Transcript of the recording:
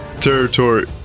territory